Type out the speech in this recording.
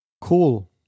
Cool